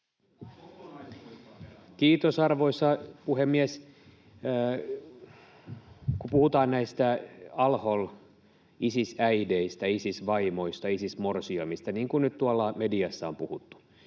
Kiitos, arvoisa puhemies! Kun puhutaan näistä al-Hol-, Isis-äideistä, Isis-vaimoista, Isis-morsiamista, niin kuin nyt tuolla mediassa on puhuttu,